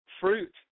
fruit